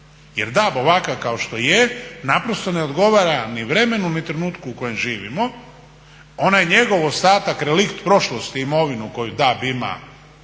jer DAB ovakav kao što je naprosto ne odgovara ni vremenu ni trenutku u kojem živimo. Onaj njegov ostatak, relikt prošlosti imovinu koju DAB ima